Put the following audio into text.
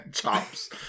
Chops